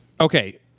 Okay